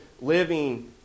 living